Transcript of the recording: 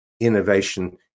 innovation